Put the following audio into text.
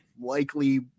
likely